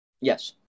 Yes